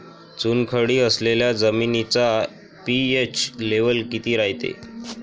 चुनखडी असलेल्या जमिनीचा पी.एच लेव्हल किती रायते?